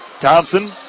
Thompson